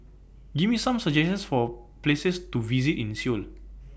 Give Me Some suggestions For Places to visit in Seoul